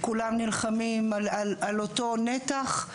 כולם נלחמים על אותו נתח.